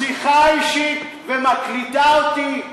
שיחה אישית, ומקליטה אותי,